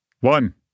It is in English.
one